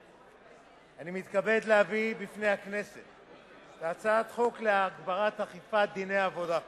אני מתכבד להביא בפני הכנסת את הצעת חוק להגברת האכיפה של דיני עבודה.